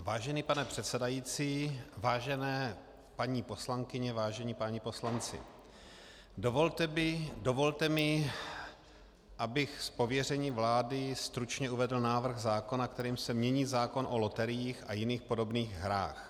Vážený pane předsedající, vážené paní poslankyně, vážení páni poslanci, dovolte mi, abych z pověření vlády stručně uvedl návrh zákona, kterým se mění zákon o loteriích a jiných podobných hrách.